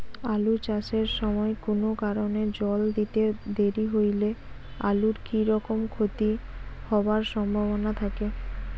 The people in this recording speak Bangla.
আলু চাষ এর সময় কুনো কারণে জল দিতে দেরি হইলে আলুর কি রকম ক্ষতি হবার সম্ভবনা থাকে?